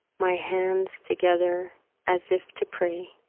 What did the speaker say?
my hands together as if to pray,